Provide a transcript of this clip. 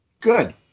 Good